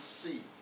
see